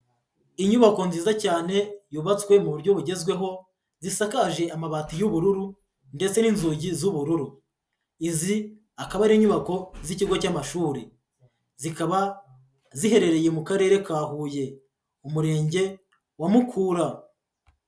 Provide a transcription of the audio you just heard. Inyubako nziza cyane yubatswe mu buryo bugezweho, zisakaje amabati y'ubururu ndetse n'inzugi z'ubururu, izi akaba ari inyubako z'ikigo cy'amashuri, zikaba ziherereye mu karere ka Huye, Umurenge wa Mukura.